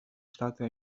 штаты